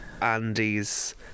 Andy's